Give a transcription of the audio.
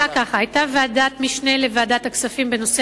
היתה ועדת משנה של ועדת הכספים בנושא